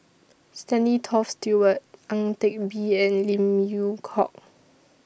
Stanley Toft Stewart Ang Teck Bee and Lim Yew Hock